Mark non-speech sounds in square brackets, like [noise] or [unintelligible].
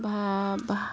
[unintelligible]